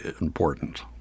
important